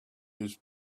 his